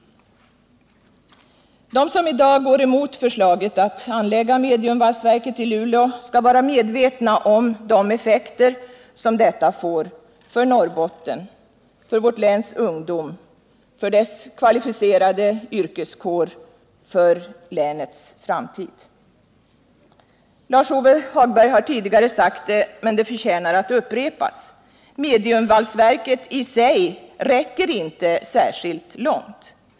De som i dag går emot förslaget att anlägga ett mediumvalsverk i Luleå skall vara medvetna om de effekter detta får för Norrbottens ungdom, för dess kvalificerade yrkeskår och för hela länets framtid. Lars-Ove Hagberg har tidigare sagt det, men det förtjänar ändå att upprepas: Mediumvalsverket i sig räcker inte särskilt långt.